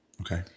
Okay